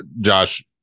josh